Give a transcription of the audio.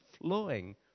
flowing